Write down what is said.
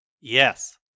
Yes